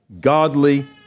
godly